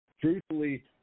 truthfully